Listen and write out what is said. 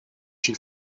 she